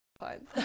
fine